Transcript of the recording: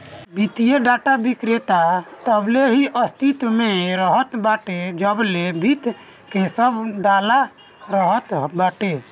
वित्तीय डाटा विक्रेता तबले ही अस्तित्व में रहत बाटे जबले वित्त के सब डाला रहत बाटे